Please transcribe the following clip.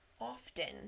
often